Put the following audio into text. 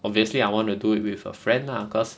obviously I wanna do it with a friend lah cause